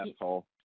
asshole